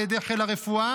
על ידי חיל הרפואה,